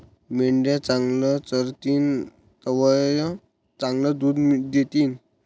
मेंढ्या चांगलं चरतीन तवय चांगलं दूध दितीन